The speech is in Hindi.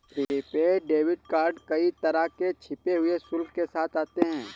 प्रीपेड डेबिट कार्ड कई तरह के छिपे हुए शुल्क के साथ आते हैं